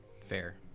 Fair